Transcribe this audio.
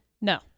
No